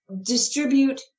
distribute